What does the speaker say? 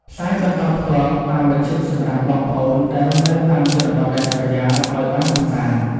ផ្សាយបន្តផ្ទាល់តាមវិទ្យុសម្រាប់បងប្អូនដែលរស់នៅតាមជនបទដាច់ស្រយាលឱ្យបានកម្សាន្ត។